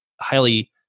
highly